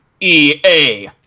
ea